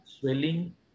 swelling